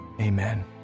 amen